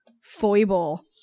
foible